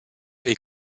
est